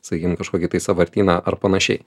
sakykim kažkokį tai sąvartyną ar panašiai